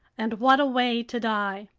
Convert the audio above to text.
and what a way to die!